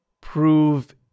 prove –